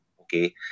Okay